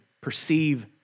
perceive